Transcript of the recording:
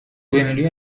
بمیری